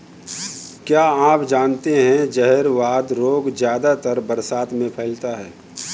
क्या आप जानते है जहरवाद रोग ज्यादातर बरसात में फैलता है?